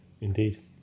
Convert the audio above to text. indeed